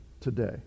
today